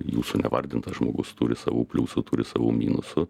jūsų nevardintas žmogus turi savų pliusų turi savų minusų